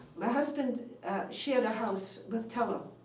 my husband shared a house with teller,